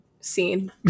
scene